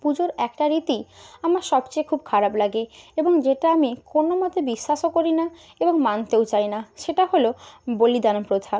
পুজোর একটা রীতি আমার সবচেয়ে খুব খারাপ লাগে এবং যেটা আমি কোনোমতে বিশ্বাসও করি না এবং মানতেও চাই না সেটা হলো বলিদান প্রথা